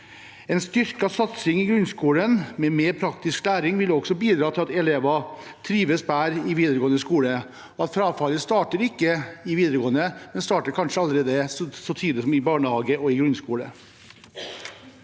En styrket satsing i grunnskolen med mer praktisk læring vil også bidra til at elever trives bedre i videregående skole. Frafallet starter ikke i videregående, det starter kanskje allerede så tidlig som i barnehage og i grunnskole.